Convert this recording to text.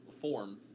form